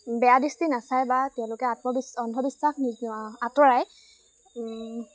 বেয়া দৃষ্টি নাচায় বা তেওঁলোকে আত্মবিশ্বাস অন্ধবিশ্বাস নোহোৱা আঁতৰাই